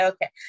Okay